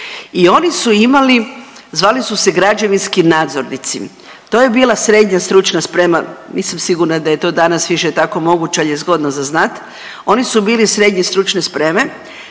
i oni su imali, zvali su se građevinski nadzornici. To je bila srednja stručna sprema, nisam sigurna da je to danas više tako moguće, al je zgodno za znat, oni su bili srednje stručne spreme,